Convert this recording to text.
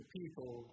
people